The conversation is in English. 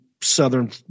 Southern